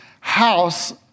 house